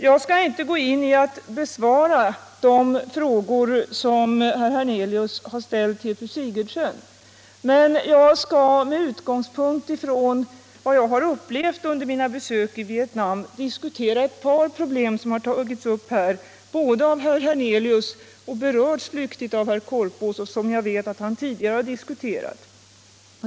Jag skall här inte gå in på de frågor som herr Hernelius ställt till fru Sigurdsen, men med utgångspunkt i vad jag har upplevt under mina besök i Vietnam skall jag säga några ord om ett par problem som har tagits upp av herr Hernelius och som också flyktigt berördes av herr Korpås, och som jag vet att han tidigare har diskuterat.